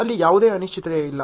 ಅಲ್ಲಿ ಯಾವುದೇ ಅನಿಶ್ಚಿತತೆಯಿಲ್ಲ